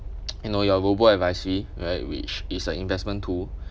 you know you have robo-advisory where which is an investment tool